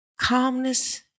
calmness